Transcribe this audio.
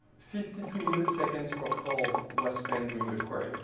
fifty two milliseconds per call was spent doing the query.